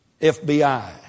FBI